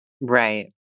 Right